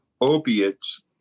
opiates